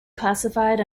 classified